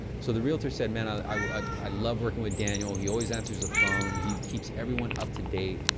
so the realtor said, man, i love working with daniel, he always answers the phone, he keeps everyone up to date,